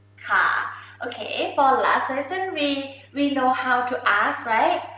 ah okay, for last lesson, we we know how to ask, right?